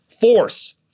force